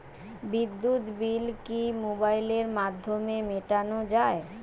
বিদ্যুৎ বিল কি মোবাইলের মাধ্যমে মেটানো য়ায়?